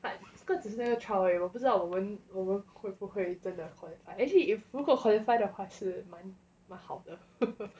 like 这个只是那个 trial 而已我不知道我们我们会不会真的 qualify actually if 如果 qualify 的话是蛮蛮好的